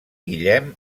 guillem